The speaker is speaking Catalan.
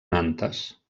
nantes